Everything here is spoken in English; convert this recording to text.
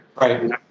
Right